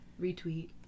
Retweet